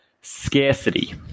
scarcity